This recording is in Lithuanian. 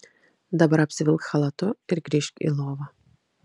dabar apsivilk chalatu ir grįžk į lovą